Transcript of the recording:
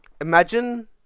Imagine